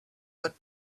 but